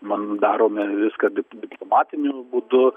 man darome viską dip diplomatiniu būdu